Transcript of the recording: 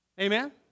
Amen